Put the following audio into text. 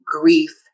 grief